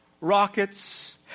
rockets